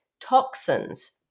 Toxins